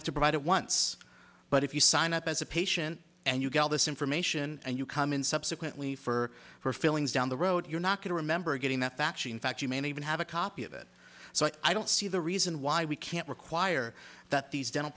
have to provide it once but if you sign up as a patient and you get all this information and you come in subsequently for her feelings down the road you're not going to remember getting that actually in fact you may even have a copy of it so i don't see the reason why we can't require that these dental